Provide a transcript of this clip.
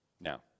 Now